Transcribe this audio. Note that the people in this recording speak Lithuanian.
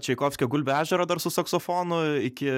čaikovskio gulbių ežero dar su saksofonu iki